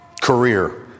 Career